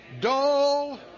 dull